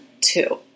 two